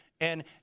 And-